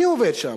מי עובד שם?